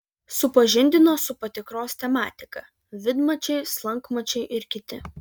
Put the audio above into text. supažindino su patikros tematika vidmačiai slankmačiai ir kiti